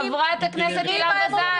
חברת הכנסת הילה וזאן --- תדברי עם המסעדנים,